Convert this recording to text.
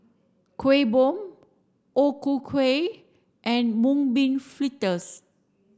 Kuih Bom O Ku Kueh and mung bean fritters